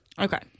Okay